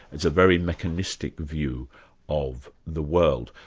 it's a very mechanistic view of the world.